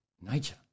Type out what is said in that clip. nature